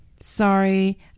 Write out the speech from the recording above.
Sorry